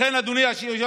לכן, אדוני היושב-ראש,